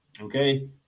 Okay